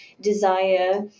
desire